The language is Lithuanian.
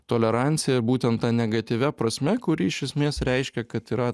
toleranciją būtent ta negatyvia prasme kuri iš esmės reiškia kad yra